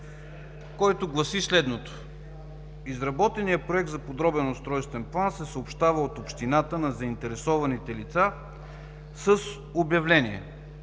който гласи: „Изработеният Проект за подробен устройствен план се съобщава от общината на заинтересованите лица с обявление,